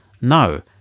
No